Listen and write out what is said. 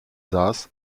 saß